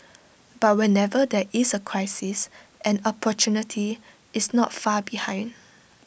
but whenever there is A crisis an opportunity is not far behind